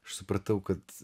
aš supratau kad